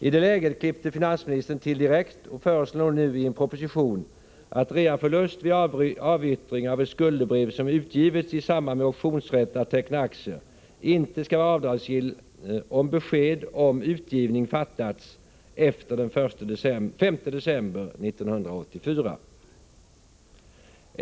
I det läget klippte finansministern till direkt och föreslår nu i en proposition att reaförlust vid avyttring av ett skuldebrev, som utgivits i samband med optionsrätt att teckna aktie, inte skall vara avdragsgill, om besked om utgivning fattats efter den 5 december 1984.